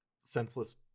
senseless